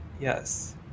yes